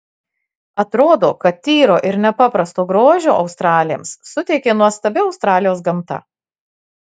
atrodo kad tyro ir nepaprasto grožio australėms suteikė nuostabi australijos gamta